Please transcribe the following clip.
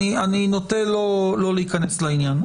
אני נוטה לא להיכנס לעניין.